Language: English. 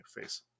face